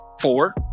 four